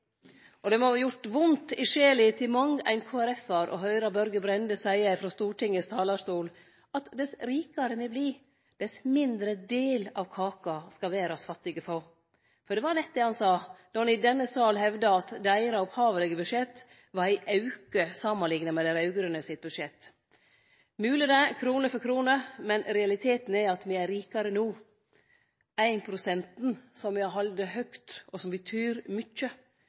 og det må ha gjort vondt i sjela til mang ein KrF-ar å høyre Børge Brende seie frå Stortingets talarstol at dess rikare vi blir, dess mindre del av kaka skal verdas fattige få. For det var nett det han sa, då han i denne salen hevda at deira opphavelege budsjett var ein auke samanlikna med dei raud-grøne sitt budsjett. Det er mogleg det, krone for krone, men realiteten er at me er rikare no. 1-prosenten som me har halde høgt, og som betyr mykje,